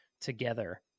together